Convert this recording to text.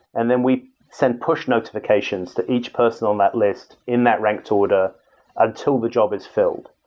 and then we send push notifications to each person on that list in that ranked order until the job is filled.